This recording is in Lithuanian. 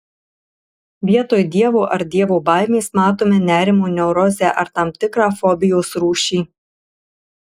vietoj dievo ar dievo baimės matome nerimo neurozę ar tam tikrą fobijos rūšį